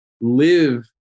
live